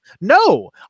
no